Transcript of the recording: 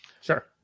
Sure